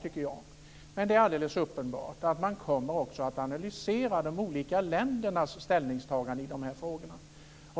Det är också alldeles uppenbart att man kommer att analysera de olika ländernas ställningstagande i dessa frågor.